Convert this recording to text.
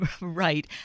Right